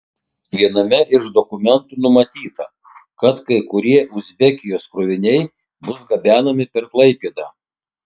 viename iš dokumentų numatyta kad kai kurie uzbekijos kroviniai bus gabenami per klaipėdą